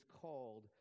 called